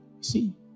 See